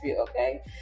okay